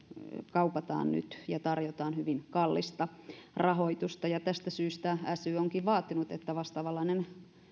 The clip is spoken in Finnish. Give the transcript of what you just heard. kaupataan ja tarjotaan hyvin kallista rahoitusta ja tästä sy onkin vaatinut että vastaavanlainen